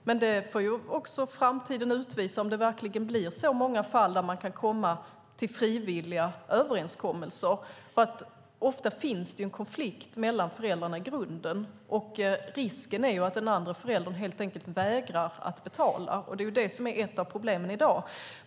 Framtiden får dock utvisa om det verkligen blir så många fall där man kan komma till frivilliga överenskommelser. Ofta finns det nämligen en konflikt mellan föräldrarna i grunden, och risken är att den andra föräldern helt enkelt vägrar att betala. Det är det som är ett av problemen i dag.